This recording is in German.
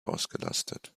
ausgelastet